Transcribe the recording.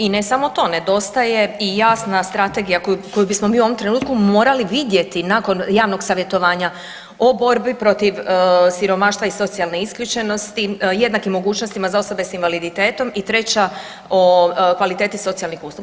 I ne samo to, nedostaje i jasna strategija koju bismo u ovom trenutku morali vidjeti nakon javnog savjetovanja o borbi protiv siromaštva i socijalne isključenosti, jednake mogućnosti za osobe sa invaliditetom i treća o kvaliteti socijalnih usluga.